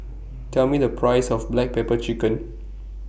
Tell Me The Price of Black Pepper Chicken